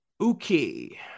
Okay